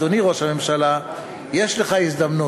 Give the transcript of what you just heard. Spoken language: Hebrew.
אדוני ראש הממשלה: יש לך הזדמנות,